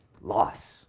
loss